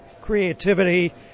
creativity